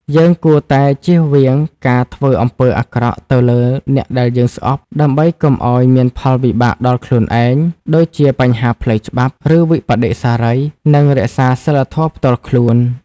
យើងគួរតែ ជៀសវាងការធ្វើអំពើអាក្រក់ទៅលើអ្នកដែលយើងស្អប់ ដើម្បីកុំឲ្យមានផលវិបាកដល់ខ្លួនឯង (ដូចជាបញ្ហាផ្លូវច្បាប់ ឬវិប្បដិសារី) និងរក្សាសីលធម៌ផ្ទាល់ខ្លួន។